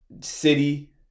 city